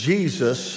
Jesus